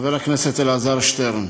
חבר הכנסת אלעזר שטרן,